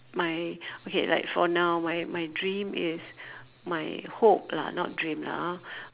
my okay like for now my my dream is my hope lah not dream lah ah